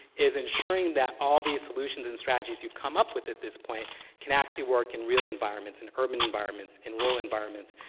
is ensuring that all these solutions and strategies you've come up with at this point can actually work in real environments, in urban environments, in rural environments,